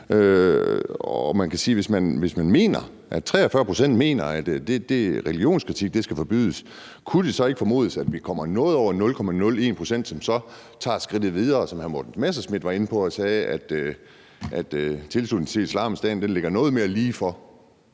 Og man kan sige, at hvis 43 pct. mener, at religionskritik skal forbydes, kunne det så ikke formodes, at vi kommer noget over 0,01 pct., som så tager skridtet videre, som hr. Morten Messerschmidt var inde på, og sagde, at tilslutningen til Islamisk Stat ligger noget mere lige for?